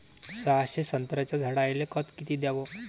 सहाशे संत्र्याच्या झाडायले खत किती घ्याव?